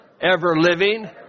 ever-living